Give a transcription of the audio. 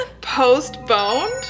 postponed